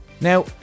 now